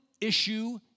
issue